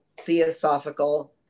theosophical